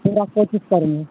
फिर हम कोशिश करेंगे